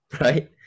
right